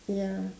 ya